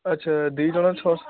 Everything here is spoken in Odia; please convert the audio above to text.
ଆଚ୍ଛା ଦୁଇ ଜଣ ଛଅ